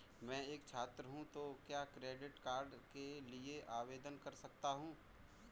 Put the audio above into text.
मैं एक छात्र हूँ तो क्या क्रेडिट कार्ड के लिए आवेदन कर सकता हूँ?